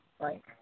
Right